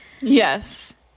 Yes